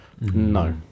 No